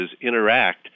interact